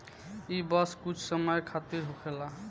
ई बस कुछ समय खातिर होखेला